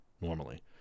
normally